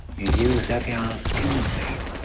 you use evyan skin cream.